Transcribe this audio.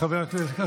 חבר הכנסת,